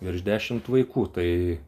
virš dešimt vaikų tai